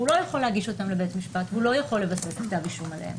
והוא לא יכול להגיש אותן לבית המשפט והוא לא יכול לבסס כתב אישום עליהן.